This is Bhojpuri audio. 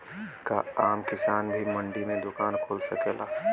का आम किसान भी मंडी में दुकान खोल सकेला?